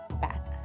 back